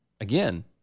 again